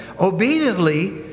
obediently